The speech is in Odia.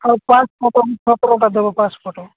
ଆଉ ପାସ୍ ଫଟୋ ଫଟୋଟା ଦେବ ପାସ୍ ଫଟୋ